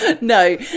No